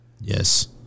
Yes